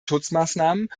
schutzmaßnahmen